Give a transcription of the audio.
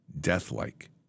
death-like